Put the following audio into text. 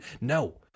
no